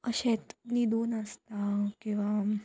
अशेंत न्हिदून आसता किंवां